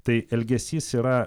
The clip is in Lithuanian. tai elgesys yra